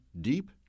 deep